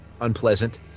unpleasant